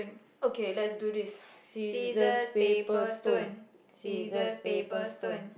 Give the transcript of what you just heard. okay let's do this scissors paper stone scissors paper stone